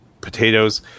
potatoes